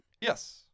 Yes